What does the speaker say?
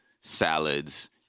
salads